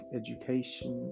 education